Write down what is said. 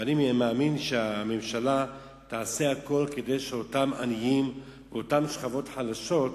ואני מאמין שהממשלה תעשה הכול כדי שאותם עניים ואותן שכבות חלשות,